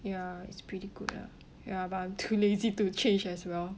ya it's pretty good lah ya but I'm too lazy to change as well